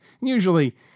Usually